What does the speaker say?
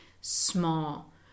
small